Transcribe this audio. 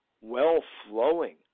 well-flowing